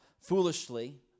foolishly